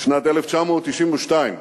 בשנת 1992,